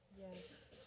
Yes